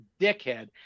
dickhead